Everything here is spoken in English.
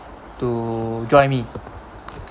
to join me